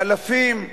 לאלפים.